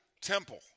temple